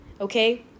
Okay